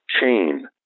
chain